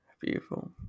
Beautiful